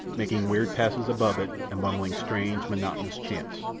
making weird passes above it and mumbling strange, monotonous chants.